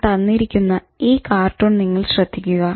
ഞാൻ തന്നിരിക്കുന്ന ഈ കാർട്ടൂൺ നിങ്ങൾ ശ്രദ്ധിക്കുക